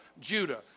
Judah